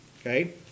Okay